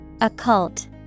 Occult